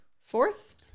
fourth